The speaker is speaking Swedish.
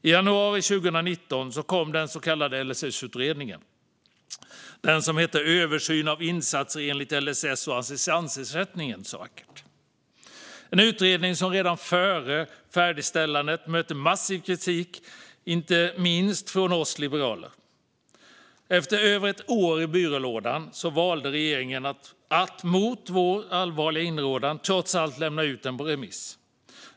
I januari 2019 kom den så kallade LSS-utredningen Översyn av insatser enligt LSS och assistansersättninge n , som den så vackert heter. Det är en utredning som redan före färdigställandet mötte massiv kritik, inte minst från oss liberaler. Efter över ett år i byrålådan valde regeringen att mot vår allvarliga inrådan trots allt lämna ut den på remiss.